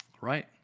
right